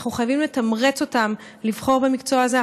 אנחנו חייבים לתמרץ אותם לבחור במקצוע הזה.